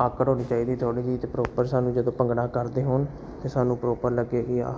ਆਕੜ ਹੋਣੀ ਚਾਹੀਦੀ ਥੋੜ੍ਹੀ ਜਿਹੀ ਅਤੇ ਪ੍ਰੋਪਰ ਸਾਨੂੰ ਜਦੋਂ ਭੰਗੜਾ ਕਰਦੇ ਹੋਣ ਤਾਂ ਸਾਨੂੰ ਪ੍ਰੋਪਰ ਲੱਗੇ ਕਿ ਆਹ